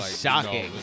shocking